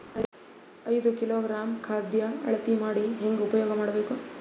ಐದು ಕಿಲೋಗ್ರಾಂ ಖಾದ್ಯ ಅಳತಿ ಮಾಡಿ ಹೇಂಗ ಉಪಯೋಗ ಮಾಡಬೇಕು?